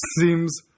seems